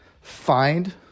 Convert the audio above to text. find